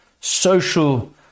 social